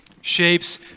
shapes